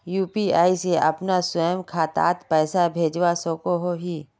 UPI से अपना स्वयं खातात पैसा भेजवा सकोहो ही?